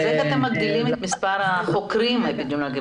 איך אתם מגדילים את מספר החוקרים האפידמיולוגים?